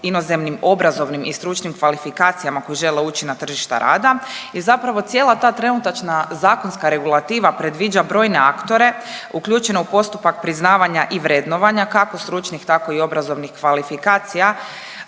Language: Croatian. inozemnim obrazovnim i stručnim kvalifikacijama koji žele ući na tržišta rada i zapravo cijela ta trenutačna zakonska regulativa predviđa brojne aktore uključena u postupak priznavanja i vrednovanja kako stručnih, tako i obrazovnih kvalifikacija,